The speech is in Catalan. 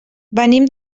venim